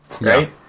right